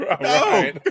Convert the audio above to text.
no